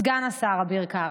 סגן השר אביר קארה,